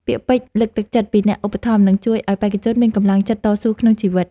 ពាក្យពេចន៍លើកទឹកចិត្តពីអ្នកឧបត្ថម្ភនឹងជួយឱ្យបេក្ខជនមានកម្លាំងចិត្តតស៊ូក្នុងជីវិត។